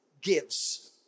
gives